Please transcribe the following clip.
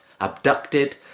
abducted